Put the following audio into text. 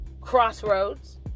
crossroads